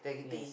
yes